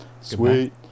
Sweet